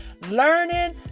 learning